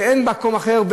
שאין במקום אחר,